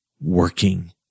working